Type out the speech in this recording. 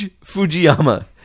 Fujiyama